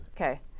Okay